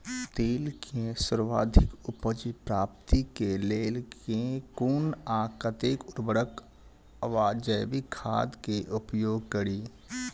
तिल केँ सर्वाधिक उपज प्राप्ति केँ लेल केँ कुन आ कतेक उर्वरक वा जैविक खाद केँ उपयोग करि?